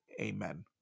amen